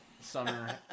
summer